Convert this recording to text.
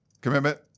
commitment